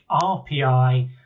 RPI